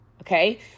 Okay